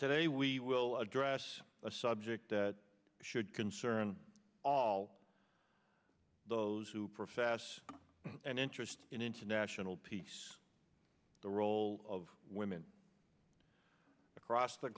today we will address a subject that should concern all those who profess an interest in international peace the role of women across the